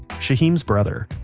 shaheem's brother,